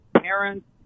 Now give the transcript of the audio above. Parents